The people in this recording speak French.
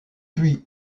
puis